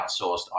outsourced